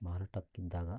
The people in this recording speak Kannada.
ಮಾರಾಟಕ್ಕಿದ್ದಾಗ